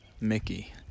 Mickey